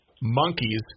monkeys